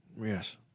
Yes